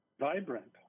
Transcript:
vibrant